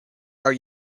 are